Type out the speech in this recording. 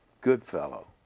Goodfellow